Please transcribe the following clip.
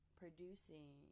producing